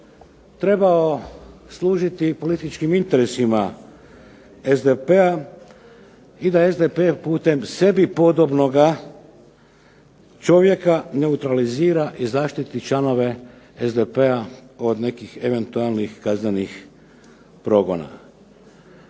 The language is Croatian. trebao služiti političkim interesima SDP-a i da SDP putem sebi podobnoga čovjeka neutralizira i zaštiti članove SDP-a od nekih eventualnih kaznenih progona.